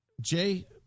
Jay